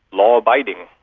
law-abiding,